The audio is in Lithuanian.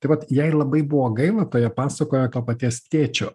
tai vat jai labai buvo gaila toje pasakoje to paties tėčio